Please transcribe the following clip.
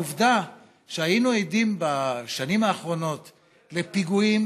העובדה שהיינו עדים בשנים האחרונות לפיגועים,